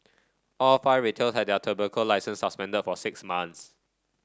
all five retailer had their tobacco licences suspended for six months